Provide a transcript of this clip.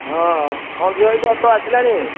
ହଁ ହଁ ଝିଅ ଏଠି ଅଟୋ ଆସିଲାଣି